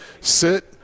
Sit